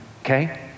okay